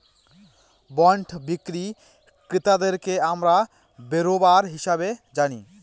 bond বিক্রি ক্রেতাদেরকে আমরা বেরোবার হিসাবে জানি